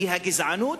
כי הגזענות,